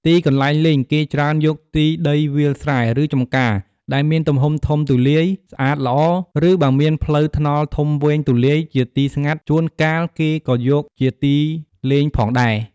ទឹកន្លែងលេង គេច្រើនយកទីដីវាលស្រែ ឬចម្ការ ដែលមានទំហំធំទូលាយ ស្អាតល្អ ឬបើមានផ្លូវថ្នល់ធំវែងទូលាយជាទីស្ងាត់ជួនកាលគេក៏យកជាទីលេងផងដែរ ។